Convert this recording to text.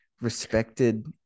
respected